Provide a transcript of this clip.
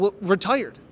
retired